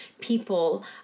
people